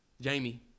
Jamie